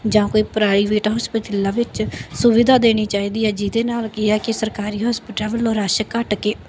ਜਾਂ ਕੋਈ ਪ੍ਰਾਈਵੇਟ ਹੋਸਪੀਟਲਾਂ ਵਿੱਚ ਸੁਵਿਧਾ ਦੇਣੀ ਚਾਹੀਦੀ ਹੈ ਜਿਹਦੇ ਨਾਲ ਕੀ ਹੈ ਕਿ ਸਰਕਾਰੀ ਹੋਸਪੀਟਲ ਵੱਲੋਂ ਰੱਸ਼ ਘੱਟ ਕੇ